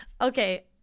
Okay